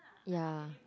ya